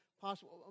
possible